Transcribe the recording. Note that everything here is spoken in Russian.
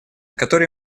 которой